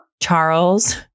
Charles